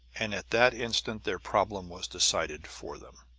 and at that instant their problem was decided for them.